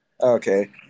okay